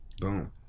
Boom